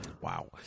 Wow